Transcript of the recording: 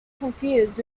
confused